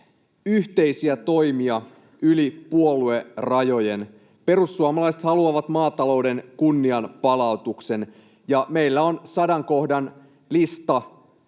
yhteisiä toimia yli puoluerajojen. Perussuomalaiset haluavat maatalouden kunnianpalautuksen, ja meillä on sadan kohdan lista,